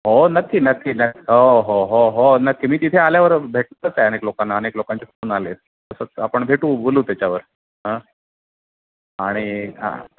हो नक्की नक्की न हो हो हो हो नक्की मी तिथे आल्यावर भेटतोचे अनेक लोकांना अनेक लोकांचे फोन आले तसंच आपण भेटू बोलू त्याच्यावर अं आणि हं